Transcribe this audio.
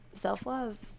Self-love